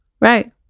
right